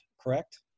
correct